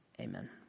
amen